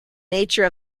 nature